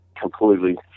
completely